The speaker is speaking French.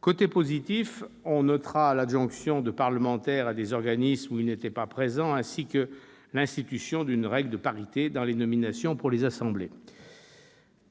côté positif, on notera l'adjonction de parlementaires dans des organismes où ils n'étaient pas présents, ainsi que l'institution de la règle de la parité dans le processus de nomination par les assemblées.